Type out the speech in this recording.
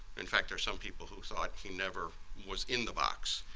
in fact, there's some people who thought he never was in the box